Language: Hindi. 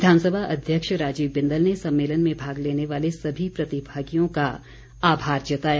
विधानसभा अध्यक्ष राजीव बिंदल ने सम्मेलन में भाग लेने वाले सभी प्रतिभागियों का आभार जताया